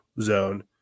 zone